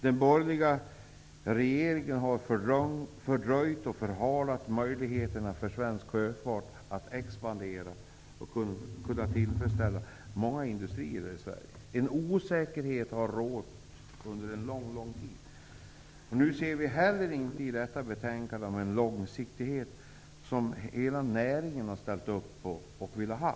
Den borgerliga regeringen har fördröjt och förhalat möjligheterna för svensk sjöfart att expandera och tillfredsställa många industrier här i Sverige. Det har under en lång tid rått en osäkerhet. I detta betänkande ser vi inte heller något tecken på den långsiktighet som hela näringen har ställt upp på och velat ha.